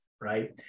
right